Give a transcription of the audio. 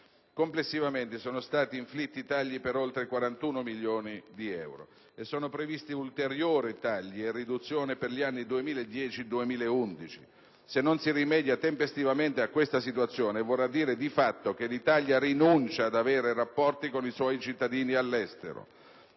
Complessivamente sono stati inflitti tagli per oltre 41.800.000 euro e sono previste ulteriori riduzioni per gli anni 2010-2011. Se non si rimedia tempestivamente a questa situazione vorrà dire di fatto che l'Italia rinuncia ad avere rapporti con i suoi cittadini residenti